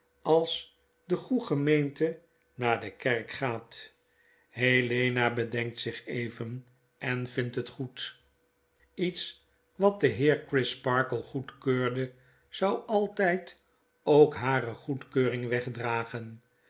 als de goe gemeente naar de kerk gaat helena bedenkt zich even en vindt het goed lets wat de heer crisparkle goedkeurde zou altijd ook hare goedkeuring wegdragen